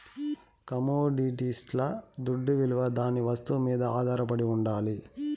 కమొడిటీస్ల దుడ్డవిలువ దాని వస్తువు మీద ఆధారపడి ఉండాలి